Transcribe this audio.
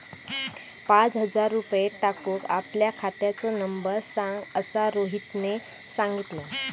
पाच हजार रुपये टाकूक आपल्या खात्याचो नंबर सांग असा रोहितने सांगितल्यान